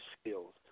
skills